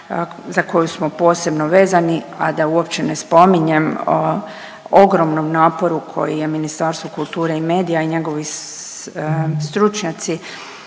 za koju smo posebno vezani, a da uopće ne spominjem ogromnom naporu koji je Ministarstvo kulture i medija i njegovi stručnjaci